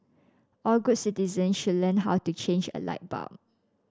all good citizen should learn how to change a light bulb